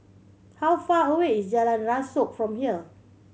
how far away is Jalan Rasok from here